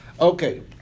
Okay